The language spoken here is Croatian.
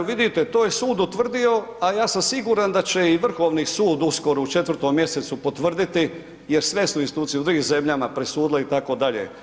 Vidite to je sud utvrdio, a ja sam siguran da će i Vrhovni sud uskoro u 4. mjesecu potvrditi jer sve su institucije u drugim zemljama presudile itd.